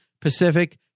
Pacific